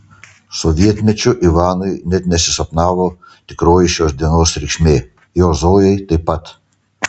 sovietmečiu ivanui net nesisapnavo tikroji šios dienos reikšmė jo zojai taip pat